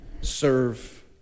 serve